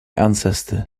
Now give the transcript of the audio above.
ancestor